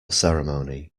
ceremony